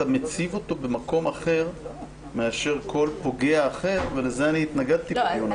אתה מציב אותו במקום אחר מאשר כל פוגע אחר ולזה התנגדתי בדיון הקודם.